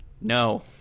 No